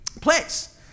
place